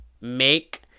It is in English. make